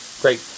great